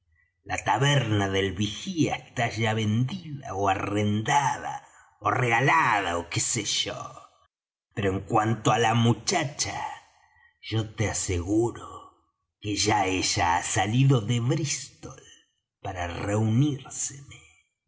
la taberna del vigía está ya vendida ó arrendada ó regalada ó qué sé yo pero en cuanto á la muchacha yo te aseguro que ya ella ha salido de brístol para reunírseme